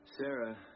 Sarah